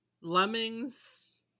Lemmings